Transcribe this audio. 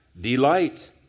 Delight